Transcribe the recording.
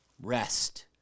rest